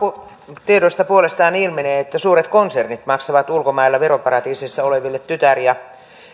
verotiedoista puolestaan ilmenee että suuret konsernit maksavat ulkomailla veroparatiiseissa oleville tytär ja